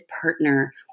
partner